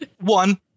One